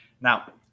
now